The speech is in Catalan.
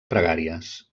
pregàries